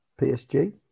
PSG